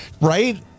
right